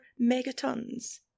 megatons